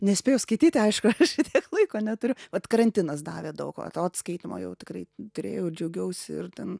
nespėju skaityti aišku šitiek laiko neturiu vat karantinas davė daug va to atskaitymo jau tikrai turėjau ir džiaugiausi ir ten